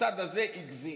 המוסד הזה הגזים.